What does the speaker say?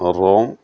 Rome